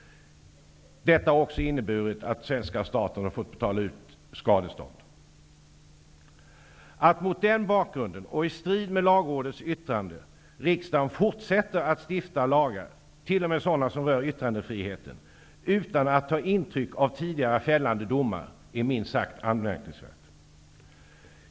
Detta har också inneburit att svenska staten har fått betala ut skadestånd. Att mot denna bakgrund, och i strid med Lagrådets yttrande, riksdagen fortsätter att stifta lagar, t.o.m. sådana som rör yttrandefriheten, utan att ta intryck av tidigare fällande domar är minst sagt anmärkningsvärt.